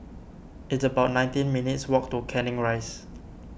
it's about nineteen minutes' walk to Canning Rise